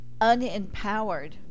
unempowered